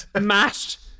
Mashed